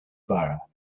bara